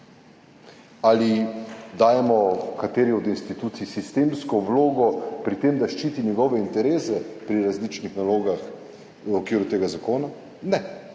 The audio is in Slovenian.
ali dajemo kateri od institucij sistemsko vlogo pri tem, da ščiti njihove interese pri različnih nalogah v okviru tega zakona? Ne.